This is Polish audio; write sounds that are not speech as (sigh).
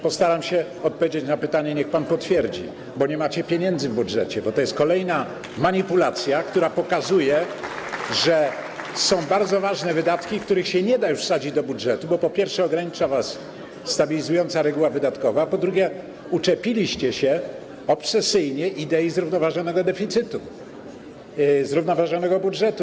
Postaram się odpowiedzieć na pytanie, niech pan potwierdzi: bo nie macie pieniędzy w budżecie, (applause) bo to jest kolejna manipulacja, która pokazuje, że są bardzo ważne wydatki, których już nie da się wsadzić do budżetu, bo, po pierwsze, ogranicza was stabilizująca reguła wydatkowa, a po drugie, obsesyjnie uczepiliście się idei zrównoważonego deficytu, zrównoważonego budżetu.